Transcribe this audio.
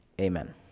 Amen